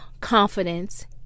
confidence